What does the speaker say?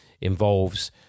involves